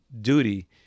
duty